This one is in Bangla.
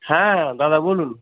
হ্যাঁ দাদা বলুন